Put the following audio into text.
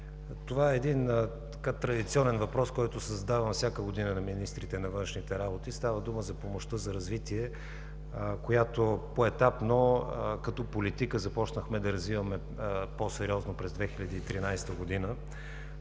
Това е един традиционен въпрос, който се задава всяка година на министрите на външните работи. Става дума за помощта за развитие, която поетапно като политика започнахме да развиваме по-сериозно през 2013 г.